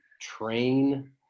train